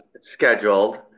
scheduled